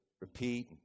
repeat